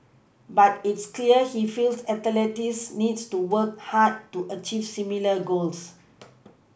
but it's clear he feels athletes need to work hard to achieve similar goals